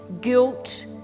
guilt